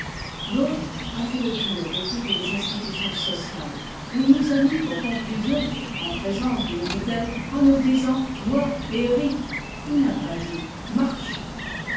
l'autre a fait le tour de toutes les institutiors sociales et il nous a mis pour conclusion en présence d'une bouteille en nous disant bois et ris il n'a pas dit marche